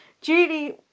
Julie